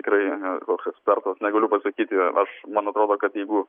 tikrai ne koks ekspertas negaliu pasakyti aš mano atrodo kad jeigu